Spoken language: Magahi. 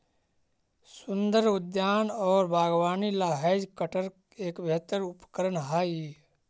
सुन्दर उद्यान और बागवानी ला हैज कटर एक बेहतर उपकरण हाई